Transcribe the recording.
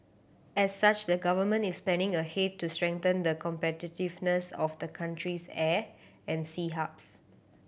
as such the Government is planning ahead to strengthen the competitiveness of the country's air and sea hubs